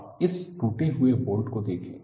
आप इस टूटे हुए बोल्ट को देखें